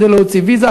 כדי להוציא ויזה,